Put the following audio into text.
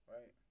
Right